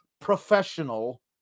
professional